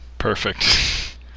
perfect